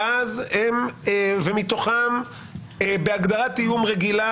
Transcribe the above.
ומתוכם בהגדרת איום רגילה,